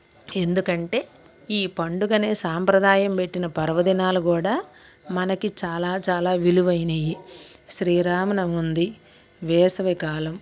ఎందుకంటే ఈ పండుగనే సాంప్రదాయం పెట్టిన పర్వదినాలు కూడా మనకి చాలా చాలా విలువైనయి శ్రీరామనవమి ఉంది వేసవికాలం